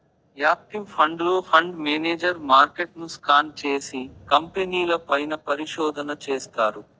active ఫండ్లో, fund manager మార్కెట్ను scan చేసి, కంపెనీల పైన పరిశోధన చేస్తారు